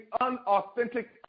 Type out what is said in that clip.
unauthentic